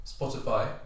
Spotify